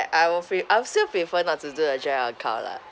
I will pre~ I will still prefer not to do a joint account lah